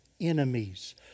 enemies